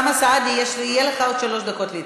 אוסאמה סעדי, יהיו לך עוד שלוש דקות להתייחס.